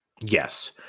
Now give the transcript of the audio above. Yes